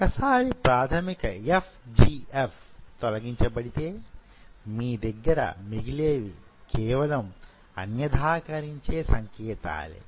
ఒకసారి ప్రాధమిక FGF తొలగించబడితే మీదగ్గర మిగిలేవి కేవలం అన్యధాకరించే సంకేతాలే